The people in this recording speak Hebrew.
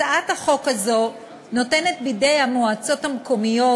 הצעת החוק הזו נותנת בידי המועצות המקומיות